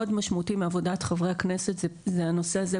משמעותי מעבודת חברי הכנסת זה הנושא הזה,